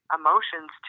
emotions